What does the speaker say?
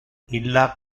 illa